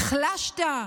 נחלשת,